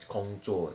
工作